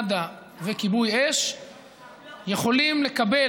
מד"א וכיבוי אש יכולים לקבל,